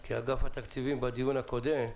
כי אגף התקציבים בדיון הקודם,